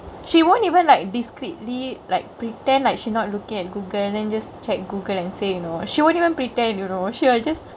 she won't even like discreetly like pretend like she not lookingk at Google then just check Google and say you know she won't even pretend you know she will just